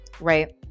right